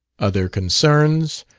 other concerns,